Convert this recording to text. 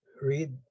read